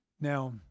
Now